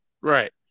Right